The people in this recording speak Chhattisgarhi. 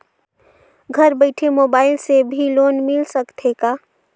घर बइठे मोबाईल से भी लोन मिल सकथे का?